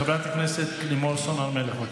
חברת הכנסת לימור סון הר מלך.